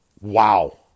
Wow